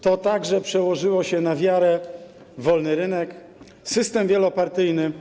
To także przełożyło się na wiarę w wolny rynek, system wielopartyjny.